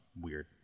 weird